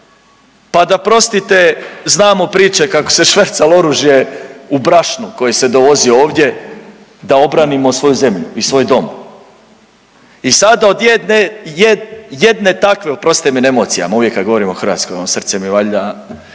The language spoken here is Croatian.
pa da prostite znamo priče kako se švercalo oružje u brašnu koje se dovozio ovdje da obranimo svoju zemlju i svoj dom. I sada od jedne takve, oprostite mi na emocijama uvijek kad govorim o Hrvatskoj, srce mi valjda.